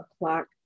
o'clock